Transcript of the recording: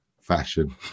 fashion